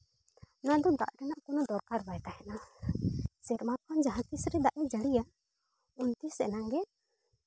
ᱱᱚᱣᱟᱫᱚ ᱫᱟᱜ ᱨᱮᱭᱟᱜ ᱠᱳᱱᱳ ᱫᱚᱨᱠᱟᱨ ᱵᱟᱭ ᱛᱟᱦᱮᱱᱟ ᱥᱮᱨᱢᱟ ᱠᱷᱚᱱ ᱡᱟᱦᱟᱸ ᱛᱤᱥᱨᱮ ᱫᱟᱜ ᱮ ᱡᱟᱹᱲᱤᱭᱟ ᱩᱱ ᱛᱤᱥ ᱮᱱᱟᱝ ᱜᱮ